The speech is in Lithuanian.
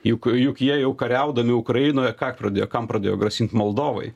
juk juk jie jau kariaudami ukrainoje ką pradėjo kam pradėjo grasint moldovai